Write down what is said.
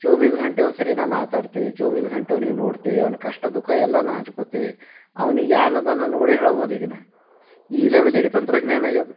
ಚೋಬಿಸ್ ಗಂಟೆ ಒಂದ್ಸಾರಿ ನಾ ಮಾತಾಡ್ತಿ ಚೋಬಿಸ್ ಗಂಟೆ ಅವ್ನಿಗೆ ನೋಡ್ತಿ ಅವ್ನ ಕಷ್ಟ ದುಃಖ ಎಲ್ಲ ನಾ ಹಂಚ್ಕೋತಿ ಅವ್ನಿಗೆ ಏನದ ನಾ ನೋಡೇ ಹೇಳ್ಬೋದು ಈಗ ನಾ ಈ ಲೆವೆಲ್ಲಿಗೆ ತಂತ್ರಜ್ಞಾನ ಆಗ್ಯದ